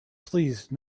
please